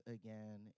again